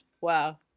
Wow